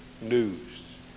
news